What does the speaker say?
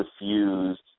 refused